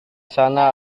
sana